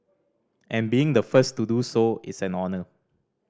and being the first to do so is an honour